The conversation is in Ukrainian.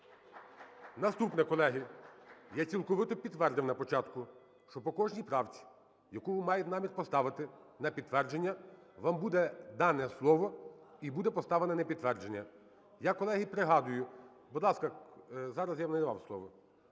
Наступне, колеги. Я цілковито підтвердив на початку, що по кожній правці, яку ви маєте намір поставити на підтвердження, вам буде дано слово і буде поставлене на підтвердження. Я, колеги, пригадую… Будь ласка, зараз я не давав слово.